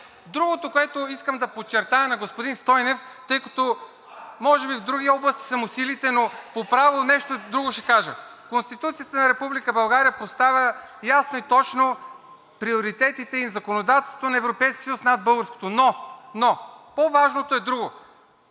Другото, което искам да подчертая на господин Стойнев, тъй като може би в други области са му силите, но по право нещо друго ще кажа. Конституцията на Република България поставя ясно и точно приоритетите и законодателството на Европейския съюз над българското. Но по-важното е друго